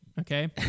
okay